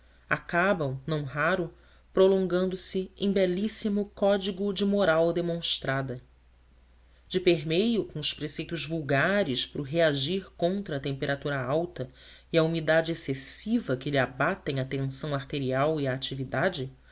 acabam não raro prolongando se em belíssimo código de moral demonstrada de permeio com os preceitos vulgares para o reagir contra a temperatura alta e a umidade excessiva que lhe abatem a tensão arterial e a atividade